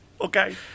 okay